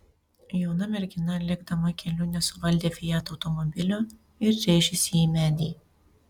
jauna mergina lėkdama keliu nesuvaldė fiat automobilio ir rėžėsi į medį